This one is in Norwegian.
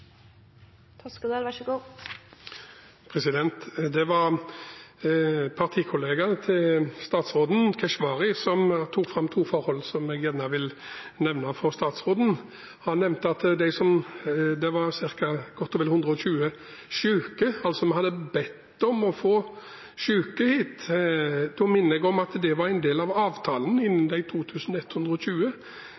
Keshvari, som tok opp to forhold som jeg vil nevne for statsråden. Han nevnte at det var godt og vel 120 syke som vi hadde bedt om å få hit. Da minner jeg om at det var en del av avtalen innenfor de